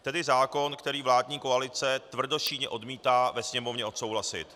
Tedy zákon, který vládní koalice tvrdošíjně odmítá ve Sněmovně odsouhlasit.